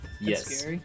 Yes